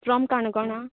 from Canacona